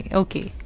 okay